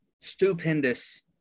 stupendous